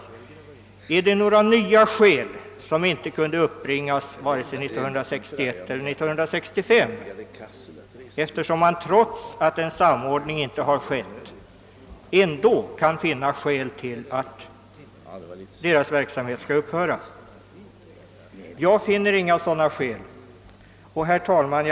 Finns det några nya skäl som inte kunde redovisas vare sig 1961 eller 1965, eftersom man trots att en samordning inte skett ändå kan anse att deras verksamhet skall upphöra? Jag finner emellertid inte att sådana skäl föreligger. Herr talman!